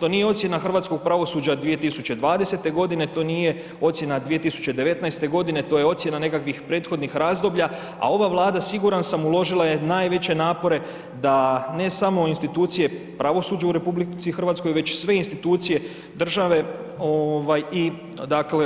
To nije ocjena hrvatskog pravosuđa 2020. godine to nije ocjena 2019. godine, to je ocjena nekakvih prethodnih razdoblja, a ova Vlada siguran sam uložila je najveće napore da ne samo institucije pravosuđa u RH već sve institucije države i